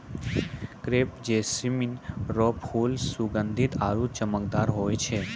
crepe jasmine रो फूल सुगंधीत आरु चमकदार होय छै